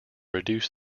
reduce